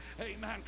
Amen